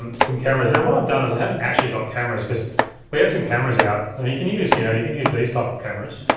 um some cameras. now, what i've done is i haven't actually got cameras cause we had some cameras out, and you can use you know you can use these type of cameras,